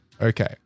Okay